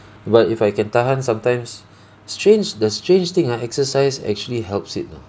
but if I can tahan sometimes strange the strange thing ah exercise actually helps it know